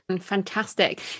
Fantastic